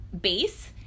base